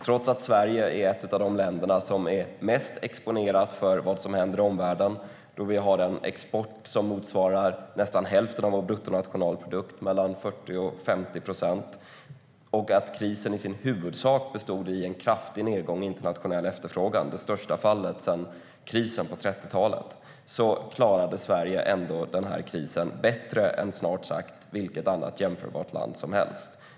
Trots att Sverige är ett av de länder som är mest exponerat för vad som händer i omvärlden, då vi har en export som motsvarar nästan hälften av vår bruttonationalprodukt, mellan 40 och 50 procent, och trots att krisen i huvudsak bestod i en kraftig nedgång i internationell efterfrågan - det största fallet sedan krisen på 30-talet - klarade Sverige krisen bättre än snart sagt vilket annat jämförbart land som helst.